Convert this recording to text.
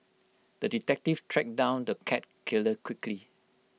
the detective tracked down the cat killer quickly